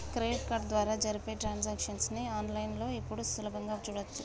credit card ద్వారా జరిపే transactions ని ఆన్ లైన్ లో ఇప్పుడు సులభంగా చూడచ్చు